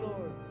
Lord